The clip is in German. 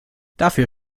dafür